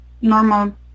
normal